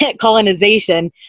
colonization